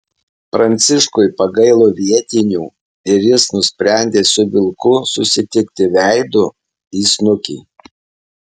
pranciškui pagailo vietinių ir jis nusprendė su vilku susitikti veidu į snukį